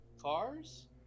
cars